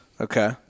Okay